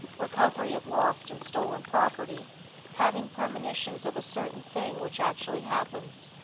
recovery of lost and stolen property having premonitions of a certain thing which actually happens,